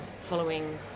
following